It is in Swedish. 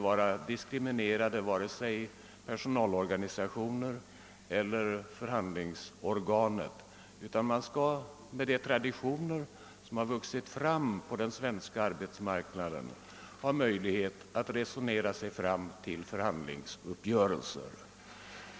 Varken personalorganisationer eller förhandlingsorgan skall vara diskriminerade, utan man skall, enligt de traditioner som har vuxit fram på den svenska arbetsmarknaden, ha möjlighet att resonera sig fram till förhandlingsuppgörelser.